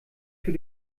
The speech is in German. für